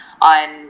on